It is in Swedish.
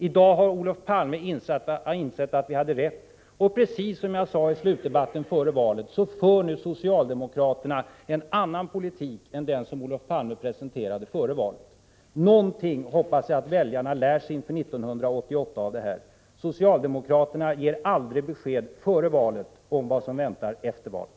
I dag har Olof Palme insett att vi hade rätt, och precis som jag sade i slutdebatten före valet för nu socialdemokraterna en annan politik än den som Olof Palme presenterade före valet. Någonting hoppas jag att väljarna lär sig av det här inför 1988. Socialdemokraterna ger aldrig besked före valet om vad som väntar efter valet.